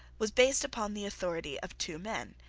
was based upon the authority of two men,